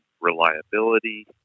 reliability